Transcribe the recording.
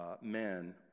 men